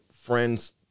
friends